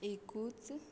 एकूच